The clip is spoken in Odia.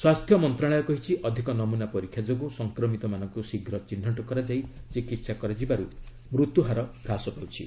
ସ୍ୱାସ୍ଥ୍ୟ ମନ୍ତ୍ରଣାଳୟ କହିଛି ଅଧିକ ନମ୍ରନା ପରୀକ୍ଷା ଯୋଗୁଁ ସଂକ୍ରମିତମାନଙ୍କୁ ଶୀଘ୍ର ଚିହ୍ରଟ କରାଯାଇ ଚିକିହା କରାଯିବାର୍ତ ମୃତ୍ୟହାର ହ୍ରାସ ପାଉଛି